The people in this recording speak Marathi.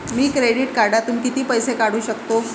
मी क्रेडिट कार्डातून किती पैसे काढू शकतो?